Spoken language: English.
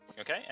Okay